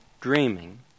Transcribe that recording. dreaming